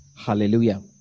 Hallelujah